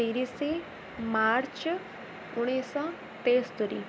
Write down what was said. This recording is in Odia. ତିରିଶ ମାର୍ଚ୍ଚ ଉଣେଇଶହ ତେସ୍ତୋରି